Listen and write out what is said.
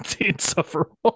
insufferable